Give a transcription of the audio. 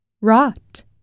rot